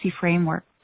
Framework